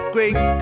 Great